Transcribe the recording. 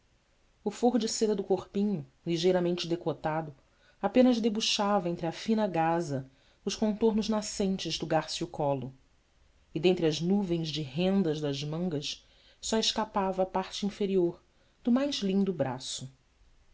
o forro de seda do corpinho ligeiramente decotado apenas debuxava entre a fina gaza os contornos nascentes do gárceo colo e dentre as nuvens de rendas das mangas só escapava a parte inferior do mais lindo braço